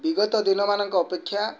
ବିଗତ ଦିନମାନଙ୍କ ଅପେକ୍ଷା